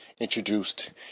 introduced